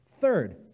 third